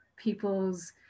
People's